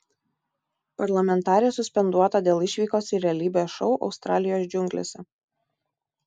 parlamentarė suspenduota dėl išvykos į realybės šou australijos džiunglėse